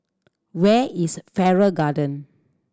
where is Farrer Garden